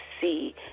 see